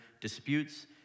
disputes